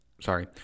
sorry